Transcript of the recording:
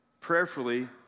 prayerfully